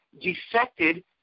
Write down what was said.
defected